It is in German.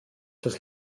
das